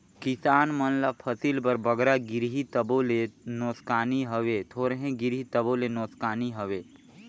किसान मन ल फसिल बर बगरा गिरही तबो ले नोसकानी हवे, थोरहें गिरही तबो ले नोसकानी हवे